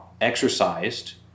exercised